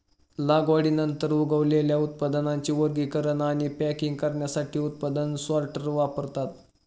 लागवडीनंतर उगवलेल्या उत्पादनांचे वर्गीकरण आणि पॅकिंग करण्यासाठी उत्पादन सॉर्टर वापरतात